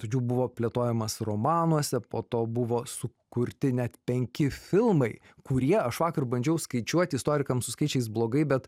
tačiau buvo plėtojamas romanuose po to buvo sukurti net penki filmai kurie aš vakar bandžiau skaičiuot istorikams su skaičiais blogai bet